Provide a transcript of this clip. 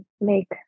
make